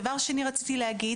שנית,